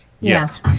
Yes